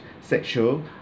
sexual